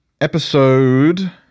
episode